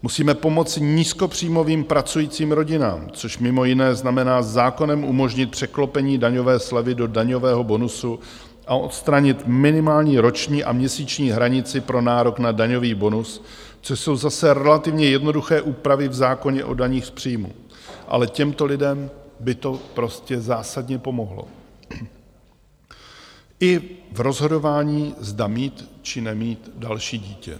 Musíme pomoci nízkopříjmovým pracujícím rodinám, což mimo jiné znamená zákonem umožnit překlopení daňové slevy do daňového bonusu a odstranit minimální roční a měsíční hranici pro nárok na daňový bonus, což jsou zase relativně jednoduché úpravy v zákoně o daních z příjmů, ale těmto lidem by to prostě zásadně pomohlo i v rozhodování, zda mít či nemít další dítě.